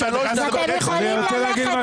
אני רוצה להגיד משהו, אדוני.